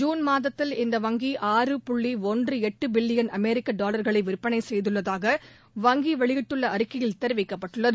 June மாதத்தில் இந்த வங்கி ஆறு புள்ளி ஒன்று எட்டு பில்லியன் அமெரிக்க டாலர்களை விற்பனை செய்துள்ளதாக வங்கி வெளியிட்டுள்ள அறிக்கையில் தெரிவிக்கப்பட்டுள்ளது